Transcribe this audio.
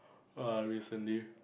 !wah! recently